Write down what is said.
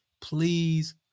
Please